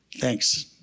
Thanks